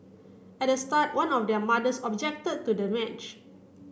at the start one of their mothers objected to the match